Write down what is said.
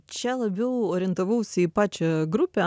čia labiau orientavausi į pačią grupę